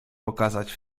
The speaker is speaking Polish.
pokazać